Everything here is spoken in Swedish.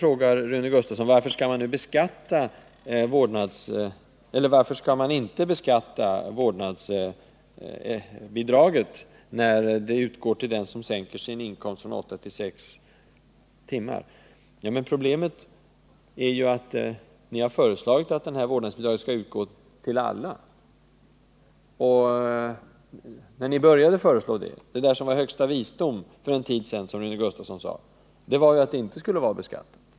Rune Gustavsson frågade varför man inte skall beskatta vårdnadsbidraget när det utgår till den som sänker sin arbetstid från åtta till sex timmar. Men problemet är att ni centerpartister har föreslagit att detta vårdnadsbidrag skall utgå till alla. När ni i slutet av 1960-talet första gången föreslog vårdnadsbidrag var den högsta visdomen, som Rune Gustavsson kallade det, att det inte skulle vara beskattat.